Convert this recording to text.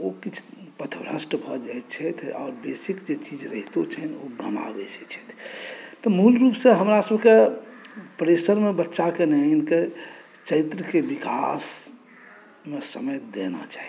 ओ किछु पथभ्रष्ट भऽ जाइत छथि आ बेसिक जे चीज़ रहितो छनि ओ गँवा बैसैत छथि तऽ मूल रूपसँ हमरसभके प्रेसरमे ब्च्चाकेँ नहि आनिके चरित्रके विकासमे समय देना चाही